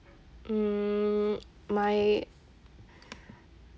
mm my